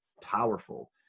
powerful